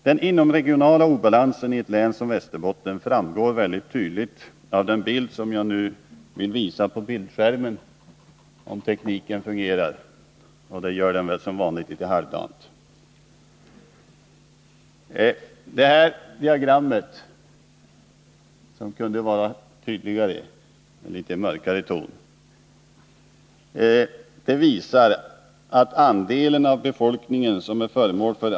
Den inomregionala obalansen i ett län som Västerbotten framgår mycket tydligt av den bild som nu visas på bildskärmen.